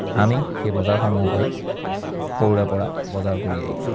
আমি সেই বজাৰসমূহৰ পৰাই সৰুৰে পৰা বজাৰ কৰি আহিছোঁ